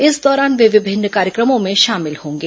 इस दौरान वे विभिन्न कार्यक्रमों में शामिल होंगे